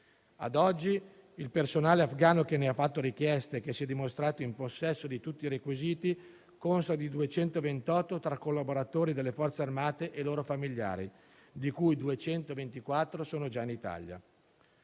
A oggi, il personale afghano che ne ha fatto richiesta e che si è dimostrato in possesso di tutti i requisiti consta di 228 tra collaboratori delle Forze armate e loro familiari, di cui 224 sono già in Italia.